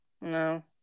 no